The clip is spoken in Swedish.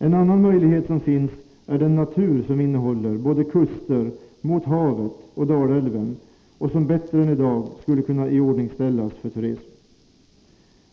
En annan möjlighet som finns är den natur som innehåller både kuster mot havet och Dalälven och som bättre än i dag skulle kunna iordningställas för turism.